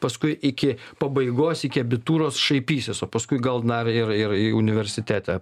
paskui iki pabaigos iki abitūros šaipysis o paskui gal na ir ir universitete